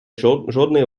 жодної